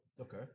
Okay